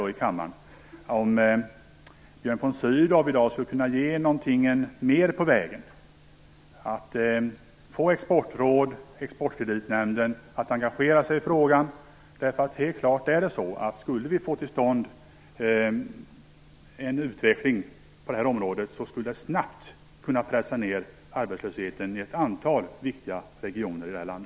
Jag undrar alltså om Björn von Sydow kan ge något mera på vägen när det gäller att få Exportrådet och Exportkreditnämnden att engagera sig i frågan. Om vi kunde få till stånd en utveckling på detta område skulle det helt klart snabbt kunna pressa ned arbetslösheten i ett antal viktiga regioner i vårt land.